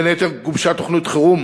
בין היתר, גובשה תוכנית חירום